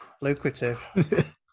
lucrative